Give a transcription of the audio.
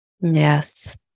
Yes